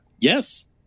Yes